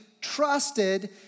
trusted